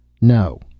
No